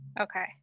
Okay